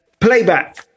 Playback